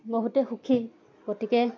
বহুতে সুখী গতিকে